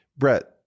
Brett